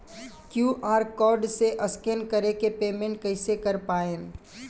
QR code से scan कर के पेमेंट कइसे कर पाएम?